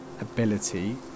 ability